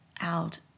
out